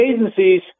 agencies